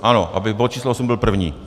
Ano, aby bod č. 8 byl první.